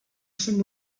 some